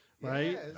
right